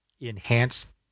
enhance